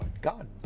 God